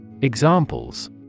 Examples